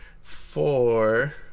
four